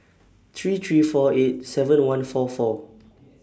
three three four eight seven one four four